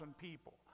people